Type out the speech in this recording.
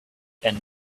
and